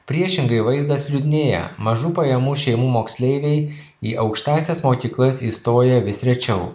priešingai vaizdas liūdnėja mažų pajamų šeimų moksleiviai į aukštąsias mokyklas įstoja vis rečiau